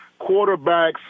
quarterbacks